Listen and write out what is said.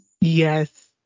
Yes